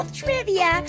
trivia